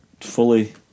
fully